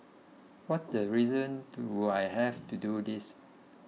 what the reason do I have to do this